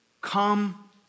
come